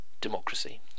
Democracy